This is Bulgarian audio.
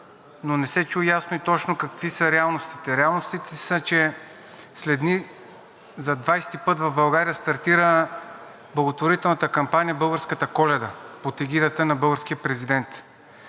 но не се чу ясно и точно какви са реалностите. Реалностите са, че след дни за двайсти път в България стартира благотворителната кампания „Българската Коледа“ под егидата на българския президент.